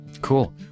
Cool